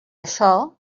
això